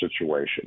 situation